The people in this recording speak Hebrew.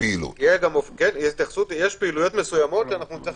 פעילות יש פעילויות מסוימות שנצטרך